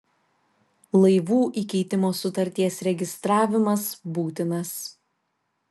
laivų įkeitimo sutarties registravimas būtinas